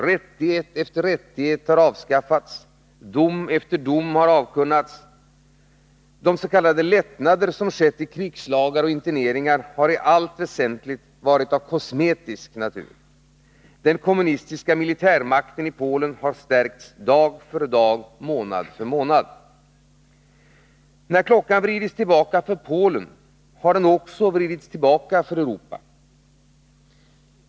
Rättighet efter rättighet har avskaffats. Dom efter dom har avkunnats. De s.k. lättnader som skett i krigslagar och interneringar har i allt väsentligt varit av kosmetisk natur. Den kommunistiska militärmakten i Polen har stärkts dag för dag, månad för månad. När klockan vridits tillbaka för Polen, har den också vridits tillbaka för Europa.